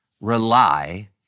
rely